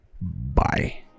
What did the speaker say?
bye